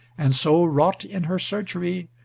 and so wrought in her surgery,